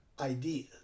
ideas